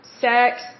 sex